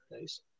Nice